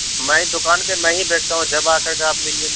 میں دُکان پہ میں ہی بیٹھتا ہوں جب آ کر کے آپ ملیے